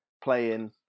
playing